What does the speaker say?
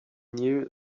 knew